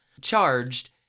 charged